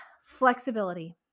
flexibility